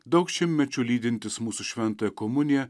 daug šimtmečių lydintis mūsų šventąją komuniją